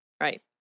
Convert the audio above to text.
right